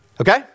okay